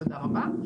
תודה רבה.